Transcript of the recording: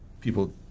people